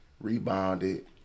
rebounded